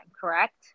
correct